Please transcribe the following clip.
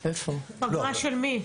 פגרה של מי?